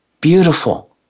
beautiful